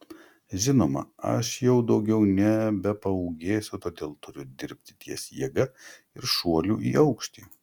žinoma aš jau daugiau nebepaūgėsiu todėl turiu dirbti ties jėga ir šuoliu į aukštį